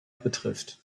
betrifft